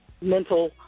mental